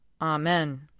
Amen